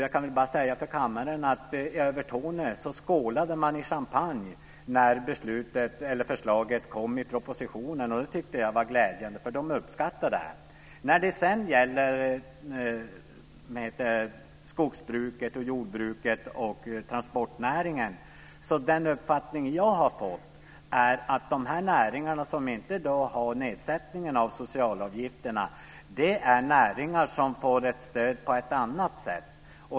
Jag kan bara säga till kammaren att i Övertorneå skålade man i champagne när förslaget kom i propositionen. Det tyckte jag var glädjande. De uppskattar det här. När det gäller detta med skogsbruket, jordbruket och transportnäringen är den uppfattning som jag har fått att de näringar som inte i dag har nedsättning av socialavgifterna är näringar som får ett stöd på annat sätt.